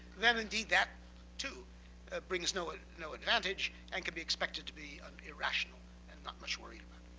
then indeed, that too brings no and no advantage. and could be expected to be irrational and not much worried about.